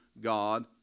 God